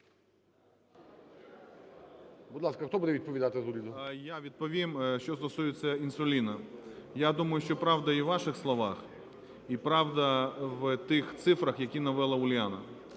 Я відповім. Що стосується інсуліну. Я думаю, що правда і в ваших словах, і правда в тих цифрах, які навела Уляна.